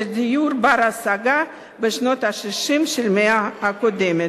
דיור בר-השגה בשנות ה-60 של המאה הקודמת.